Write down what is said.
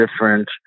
different